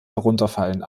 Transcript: herunterfallen